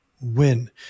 win